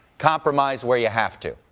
compromise where you have to,